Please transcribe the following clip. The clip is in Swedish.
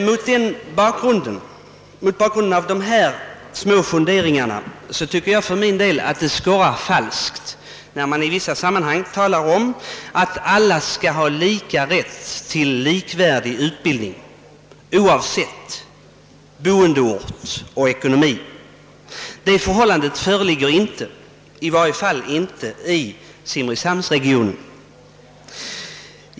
Mot bakgrunden av dessa små funderingar tycker jag för min del att det skorrar falskt när man i vissa sammanhang talar om att alla skall ha lika rätt till likvärdig utbildning, oavsett boendeort och ekonomi. Det förhållandet föreligger inte, i varje fall inte i simrishamnsregionen.